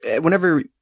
whenever